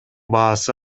баасы